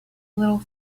little